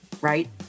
right